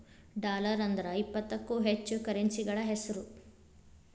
dollar ಅಂದ್ರ ಇಪ್ಪತ್ತಕ್ಕೂ ಹೆಚ್ಚ ಕರೆನ್ಸಿಗಳ ಹೆಸ್ರು